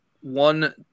one